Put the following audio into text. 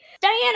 Diana